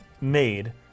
made